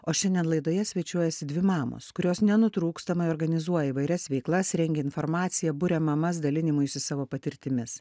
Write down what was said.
o šiandien laidoje svečiuojasi dvi mamos kurios nenutrūkstamai organizuoja įvairias veiklas rengia informaciją buria mamas dalinimuisi savo patirtimis